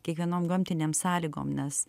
kiekvienom gamtinėm sąlygom nes